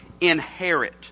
Inherit